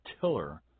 tiller